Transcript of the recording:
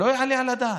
לא יעלה על הדעת.